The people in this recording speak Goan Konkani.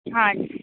हा